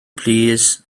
plîs